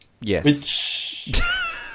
Yes